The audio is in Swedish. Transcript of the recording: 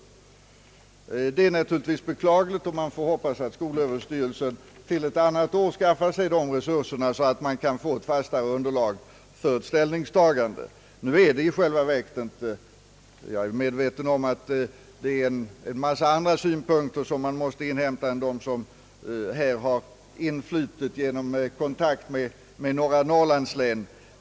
Det är naturligtvis beklagligt, och man får hoppas att skolöverstyrelsen till ett annat år skaffar sig de resurserna, så att man kan få ett fastare underlag för ett ställningstagande. Jag är medveten om att det är en mängd andra synpunkter också som man måste inhämta än de som här har influtit genom kontakt med några Norrlandslän.